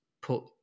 put